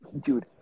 dude